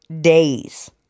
days